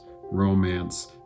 romance